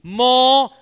more